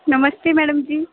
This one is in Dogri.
नमस्ते मैडम जी